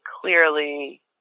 clearly